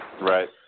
Right